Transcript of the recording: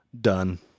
done